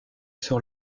sur